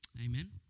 Amen